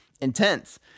intense